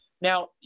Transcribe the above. Now